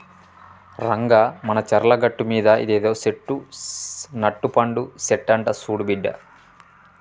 రంగా మానచర్ల గట్టుమీద ఇదేదో సెట్టు నట్టపండు సెట్టంట సూడు బిడ్డా